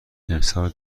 امسال